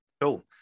Cool